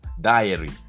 diary